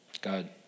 God